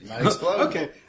Okay